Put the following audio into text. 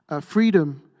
freedom